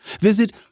visit